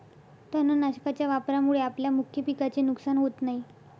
तणनाशकाच्या वापरामुळे आपल्या मुख्य पिकाचे नुकसान होत नाही